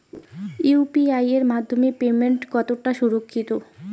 UPI এর মাধ্যমে payment কতটা সুরক্ষিত?